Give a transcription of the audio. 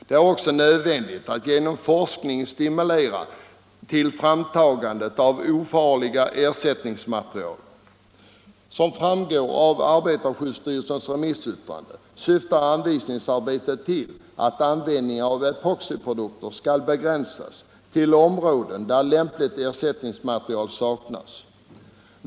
Det är också nödvändigt att genom forskning stimulera framtagandet av ofarliga ersättningsmaterial. Som framgår av arbetarskyddsstyrelsens remissyttrande syftar anvisningsarbetet till att användning av epoxiprodukter skall begränsas till områden där lämpligt ersättningsmaterial'saknas.